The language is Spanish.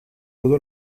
todo